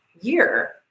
year